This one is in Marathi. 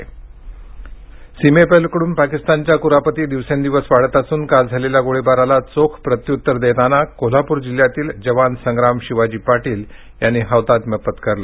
हौतात्म्य सीमेपलीकडून पाकिस्तानच्या कुरापती दिवसेंदिवस वाढत असून काल झालेल्या गोळीबाराला चोख प्रत्यूत्तर देताना कोल्हापूर जिल्ह्यातील जवान संग्राम शिवाजी पाटील यांनी होतात्म्य पत्करलं